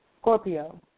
Scorpio